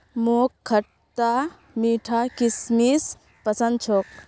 मोक खटता मीठा किशमिश पसंद छोक